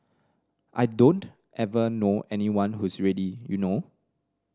I don't ever know anyone who's ready you know